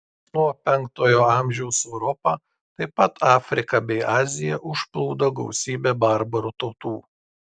nuo penktojo amžiaus europą taip pat afriką bei aziją užplūdo gausybė barbarų tautų